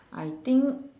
I think